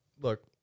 look